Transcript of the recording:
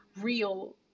real